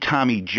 Tommy